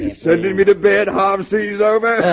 sending me to bed half size over.